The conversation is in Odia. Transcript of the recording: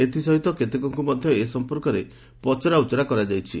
ଏଥିସହିତ କେତେକଙ୍କୁ ମଧ୍ୟ ଏ ସଫପର୍କରେ ପଚରାଉଚରା କରାଯାଇଛି